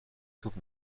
توپ